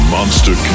Monster